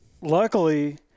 Luckily